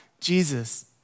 Jesus